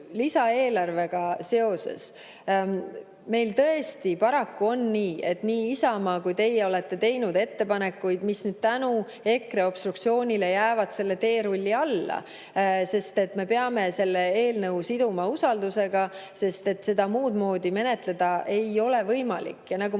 lisaeelarvega seoses meil tõesti paraku on nii, et nii Isamaa kui ka teie olete teinud ettepanekuid, mis tänu EKRE obstruktsioonile jäävad selle teerulli alla, sest me peame selle eelnõu siduma usaldusega, seda muudmoodi menetleda ei ole võimalik. Nagu